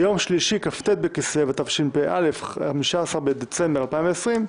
ביום שלישי, כ"ט בכסלו התשפ"א, 15 בדצמבר 2020,